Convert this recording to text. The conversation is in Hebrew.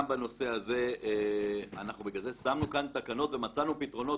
גם בנושא הזה אנחנו לכן שמנו כאן תקנות ומצאנו פתרונות